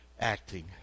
acting